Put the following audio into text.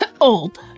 Old